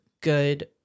good